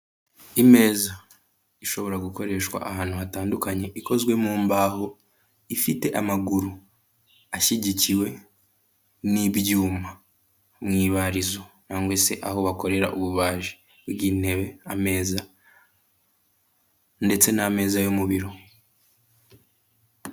Imeza ishobora gukoreshwa ahantu hatandukanye, ikozwe mu mbaho ifite amaguru ashyigikiwe n'ibyuma, mu ibarizo cyangwa se aho bakorera ububaji bw'intebe, ameza, ndetse n'ameza yo mu biro.